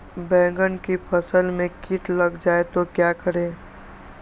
बैंगन की फसल में कीट लग जाए तो क्या करें?